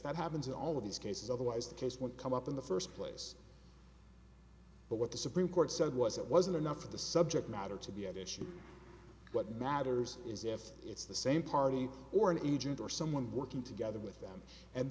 that happens in all of these cases otherwise the case won't come up in the first place but what the supreme court said was it wasn't enough for the subject matter to be at issue what matters is if it's the same party or an agent or someone working together with them and